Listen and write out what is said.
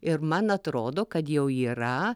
ir man atrodo kad jau yra